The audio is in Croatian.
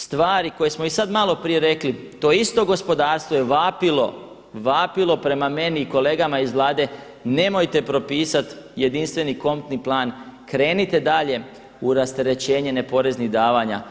Stvari koje smo i sad malo prije rekli, to isto gospodarstvo je vapilo prema meni i kolegama iz Vlade nemojte propisat jedinstveni kontni plan, krenite dalje u rasterećenje poreznih davanja.